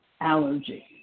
allergy